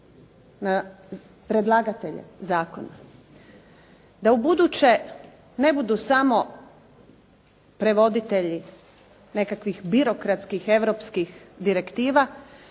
na predlagatelje zakona da u buduće ne budu samo prevoditelji nekakvih birokratskih europskih direktiva,